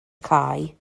cae